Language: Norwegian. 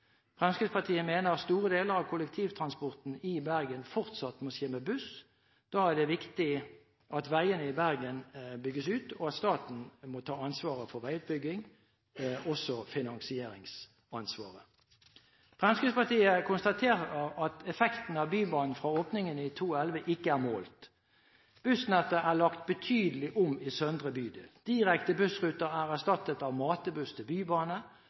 Fremskrittspartiet mener store deler av kollektivtransporten i Bergen fortsatt må skje med buss. Da er det viktig at veiene i Bergen bygges ut og at staten tar ansvaret for veiutbygging, også finansieringsansvaret. Fremskrittspartiet konstaterer at effekten av Bybanen fra åpningen i 2011 ikke er målt. Bussnettet er lagt betydelig om i søndre bydel. Direkte bussruter er erstattet av matebuss til bybane.